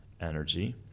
energy